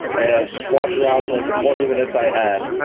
and walked around for like the twenty minutes i had,